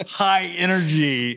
high-energy